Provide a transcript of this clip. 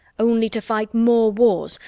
only to fight more wars,